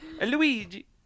Luigi